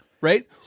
Right